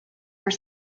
were